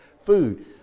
food